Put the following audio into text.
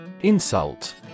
Insult